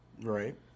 Right